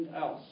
else